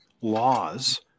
laws